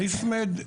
האיסטמד,